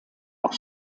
auch